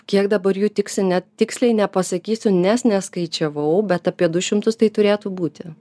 kiek dabar jų tiksi net tiksliai nepasakysiu nes neskaičiavau bet apie du šimtus tai turėtų būti